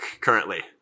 currently